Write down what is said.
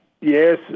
Yes